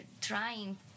trying